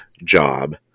job